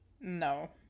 no